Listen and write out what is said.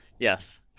Yes